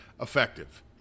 effective